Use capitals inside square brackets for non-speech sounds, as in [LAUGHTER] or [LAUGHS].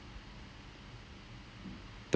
[LAUGHS]